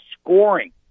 scoring